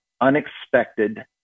unexpected